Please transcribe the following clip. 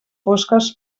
fosques